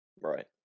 right